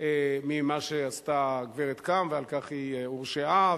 ממה שעשתה הגברת קם, ועל כך היא הורשעה,